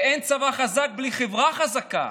ואין צבא חזק בלי חברה חזקה,